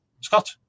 Scott